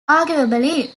arguably